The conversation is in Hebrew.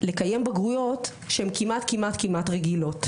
לקיים בגרויות שהן כמעט רגילות.